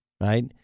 right